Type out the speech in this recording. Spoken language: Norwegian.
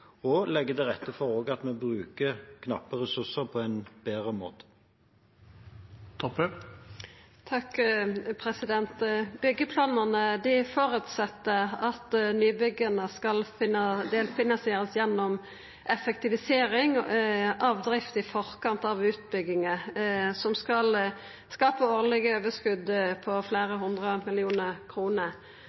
og legge til rette for at vi bruker knappe ressurser på en bedre måte. Byggjeplanane føreset at nybygga skal delfinansierast gjennom effektivisering av drift i forkant av utbygginga, som skal skapa årlege overskot på fleire hundre millionar kroner.